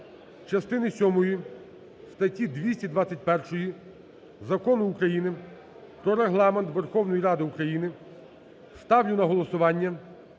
частини сьомої статті 221 Закону України "Про Регламент Верховної Ради України" ставлю на голосування